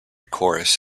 chorus